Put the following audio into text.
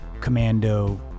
Commando